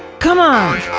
come on!